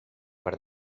per